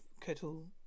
kettle